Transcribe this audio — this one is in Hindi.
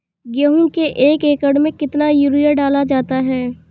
गेहूँ के एक एकड़ में कितना यूरिया डाला जाता है?